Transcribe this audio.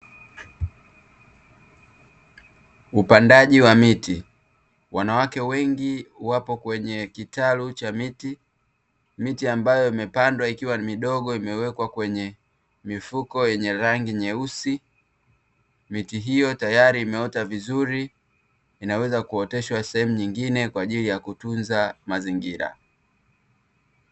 Upandaji wa miti, wanawake wengi wapo kwenye kitalu cha miti, miti ambayo imepandwa ikiwa midogo imewekwa kwenye mifuko yenye rangi nyeusi, miti hiyo tayari imeota vizuri, inaweza kuoteshwa sehemu nyingine kwa ajili ya kutunza mazingira.